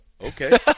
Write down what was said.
Okay